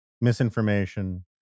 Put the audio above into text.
misinformation